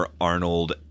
Arnold